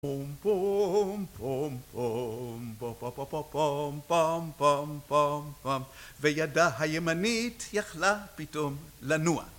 פום פום פום פום פום פום פום פום פום פום וידה הימנית יכלה פתאום לנוע.